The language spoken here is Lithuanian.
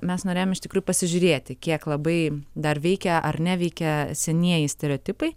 mes norėjom iš tikrųjų pasižiūrėti kiek labai dar veikia ar neveikia senieji stereotipai